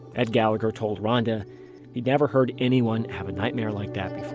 ed gallagher told ronda he'd never heard anyone have a nightmare like that